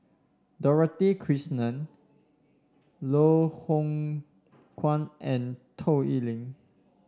Dorothy Krishnan Loh Hoong Kwan and Toh Liying